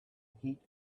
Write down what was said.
heat